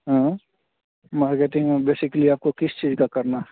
हाँ मार्केटिंग में बेसिकली आपको किस चीज़ की करनी है